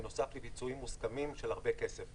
בנוסף לפיצויים מוסכמים של הרבה מאוד כסף.